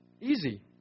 easy